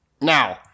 now